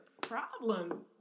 problem